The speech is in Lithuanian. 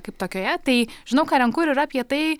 kaip tokioje tai žinau ką renku ir yra apie tai